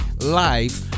live